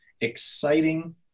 exciting